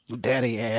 Daddy